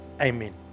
Amen